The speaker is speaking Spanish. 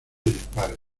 dispares